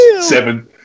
Seven